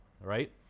right